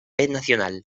nacional